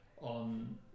on